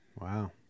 Wow